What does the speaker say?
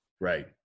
right